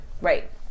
Right